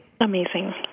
Amazing